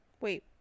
Wait